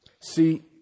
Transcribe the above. See